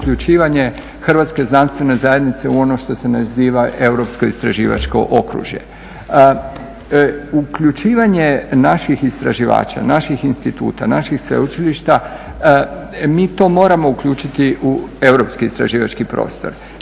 hrvatske znanstvene zajednice u ono što se naziva europsko istraživačko okružje. Uključivanje naših istraživača, naših instituta, naših sveučilišta, mi to moramo uključiti u europski istraživački prostor.